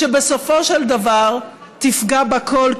שבסופו של דבר תפגע בכול,